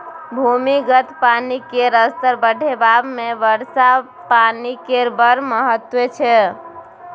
भूमिगत पानि केर स्तर बढ़ेबामे वर्षा पानि केर बड़ महत्त्व छै